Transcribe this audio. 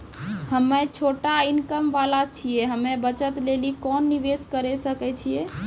हम्मय छोटा इनकम वाला छियै, हम्मय बचत लेली कोंन निवेश करें सकय छियै?